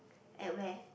at where